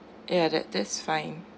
ya that that's fine